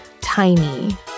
tiny